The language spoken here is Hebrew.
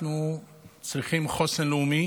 אנחנו צריכים חוסן לאומי